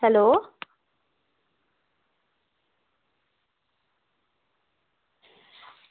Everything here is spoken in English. hello